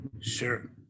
Sure